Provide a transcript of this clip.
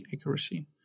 accuracy